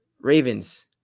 Ravens